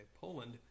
Poland